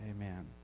Amen